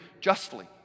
justly